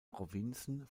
provinzen